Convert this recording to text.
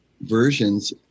versions